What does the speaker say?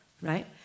right